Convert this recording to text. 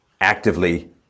actively